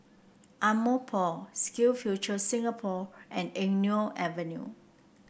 Ardmore Park SkillsFuture Singapore and Eng Neo Avenue